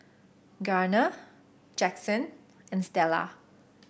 Garner Jackson and Stella